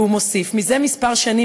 והוא מוסיף: "זה מספר שנים,